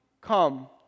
come